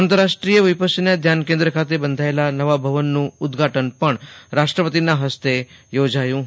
આંતરરાષ્ટ્રીય વિપશ્યના ધ્યાન કેન્દ્ર ખાતે બંધાયેલા નવા ભવનનું ઉદ્દ્ઘાટન પણ રાષ્ટ્રપતિના હસ્તે યોજાયું હતું